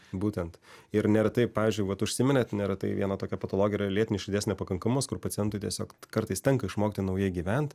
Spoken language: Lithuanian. būtent ir nėra taip pavyzdžiui vat užsiminėt nėra tai viena tokia patologija lėtinis širdies nepakankamumas kur pacientui tiesiog kartais tenka išmokti naujai gyvent